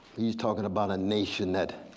he's talking about a nation that